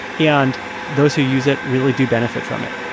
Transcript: and those who use it really do benefit from it